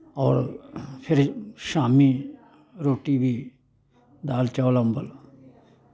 होर फिर शामीं रुट्टी बी दाल चौल अंबल